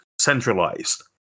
centralized